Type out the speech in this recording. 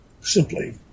simply